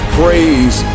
praise